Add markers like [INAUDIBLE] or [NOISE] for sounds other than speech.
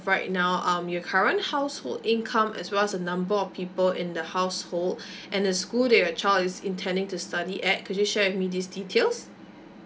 right now um your current household income as well as the number of people in the household [BREATH] and the school that your child is intending to study at could you share with me these details